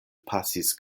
pasis